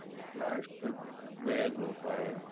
plastic bag होता है